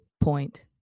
point